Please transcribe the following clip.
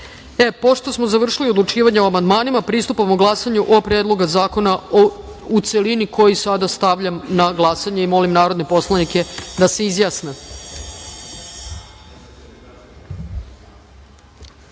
smo završili odlučivanje o amandmanima pristupamo glasanju o Predlogu zakona u celini, koji sada stavljam na glasanje i molim narodne poslanike da se